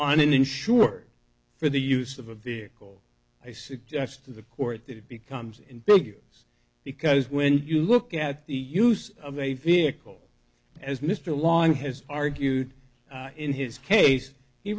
an insured for the use of a vehicle i suggest to the court that it becomes in figures because when you look at the use of a vehicle as mr long has argued in his case he